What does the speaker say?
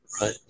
right